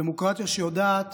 דמוקרטיה שיודעת